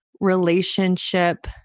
relationship